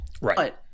Right